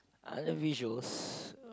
other visuals